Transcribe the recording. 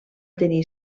tenir